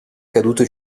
caduto